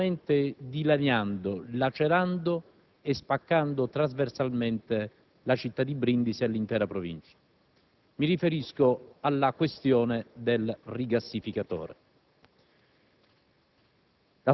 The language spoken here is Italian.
che sta sostanzialmente dilaniando, lacerando e spaccando trasversalmente la città di Brindisi e l'intera provincia. Mi riferisco alla questione del rigassificatore.